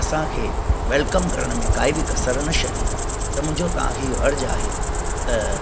असांखे वैलकम करण में काई बि कसरु न छॾी त मुंहिंजो तव्हांखे इहो अर्ज़ु आहे त